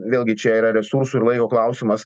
vėlgi čia yra resursų ir laiko klausimas